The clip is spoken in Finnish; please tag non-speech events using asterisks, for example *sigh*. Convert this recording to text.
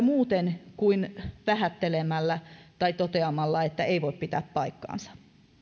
*unintelligible* muuten kuin vähättelemällä tai toteamalla että ei voi pitää paikkaansa